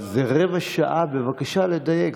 אז רבע שעה, בבקשה לדייק.